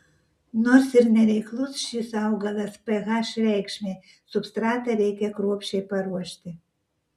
nors ir nereiklus šis augalas ph reikšmei substratą reikia kruopščiai paruošti